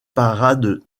parades